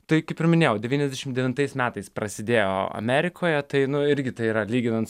tai kaip ir minėjau devyniasdešimt devintais metais prasidėjo amerikoje tai nu irgi tai yra lyginant